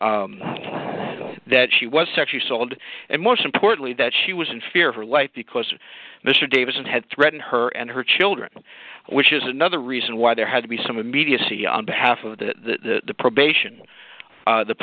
said that she was sexually sold and most importantly that she was in fear for life because mr davidson had threatened her and her children which is another reason why there had to be some immediacy on behalf of the probation